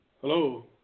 Hello